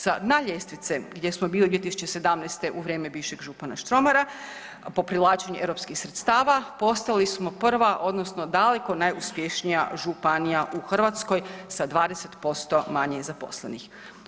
Sa dna ljestvice gdje smo bili 2017. u vrijeme bivšeg župana Štromara po privlačenju europskih sredstava postali smo prva odnosno daleko najuspješnija županija u Hrvatskoj sa 20% manje zaposlenih.